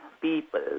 people